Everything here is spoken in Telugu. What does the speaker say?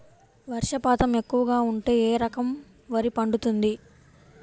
వర్షపాతం ఎక్కువగా ఉంటే ఏ రకం వరి పండుతుంది?